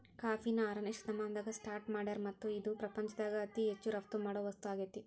ಕಾಫಿನ ಆರನೇ ಶತಮಾನದಾಗ ಸ್ಟಾರ್ಟ್ ಮಾಡ್ಯಾರ್ ಮತ್ತ ಇದು ಪ್ರಪಂಚದಾಗ ಅತಿ ಹೆಚ್ಚು ರಫ್ತು ಮಾಡೋ ವಸ್ತು ಆಗೇತಿ